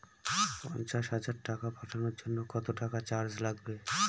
পণ্চাশ হাজার টাকা পাঠানোর জন্য কত টাকা চার্জ লাগবে?